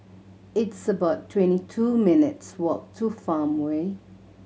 it's about twenty two minutes walk to Farmway